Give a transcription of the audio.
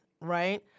right